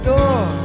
door